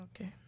Okay